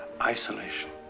isolation